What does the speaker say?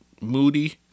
Moody